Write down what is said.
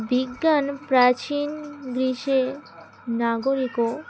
বিজ্ঞান প্রাচীন গ্রীসে নাগরিকও